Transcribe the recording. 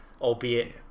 albeit